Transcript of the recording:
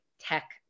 tech